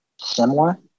similar